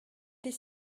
des